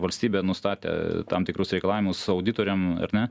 valstybė nustatė tam tikrus reikalavimus auditoriam ar ne